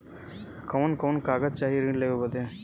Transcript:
कवन कवन कागज चाही ऋण लेवे बदे?